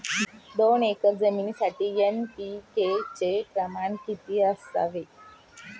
दोन एकर जमीनीसाठी एन.पी.के चे प्रमाण किती असावे?